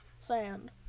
sand